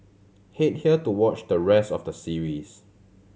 head here to watch the rest of the series